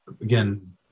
again